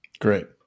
great